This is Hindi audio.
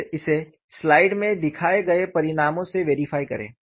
फिर इसे स्लाइड में दिखाए गए परिणाम से वेरीफाई करें